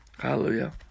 Hallelujah